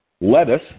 lettuce